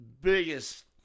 biggest